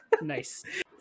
Nice